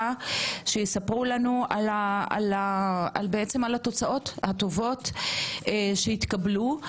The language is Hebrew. שיספרו לנו על התוצאות הטובות שהתקבלו.